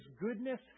goodness